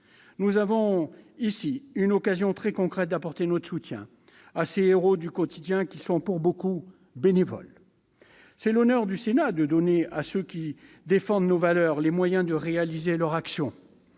Nous avons ici une occasion très concrète d'aider ces héros du quotidien qui, pour beaucoup, sont bénévoles. C'est l'honneur du Sénat de donner à ceux qui défendent nos valeurs les moyens de réaliser leur action.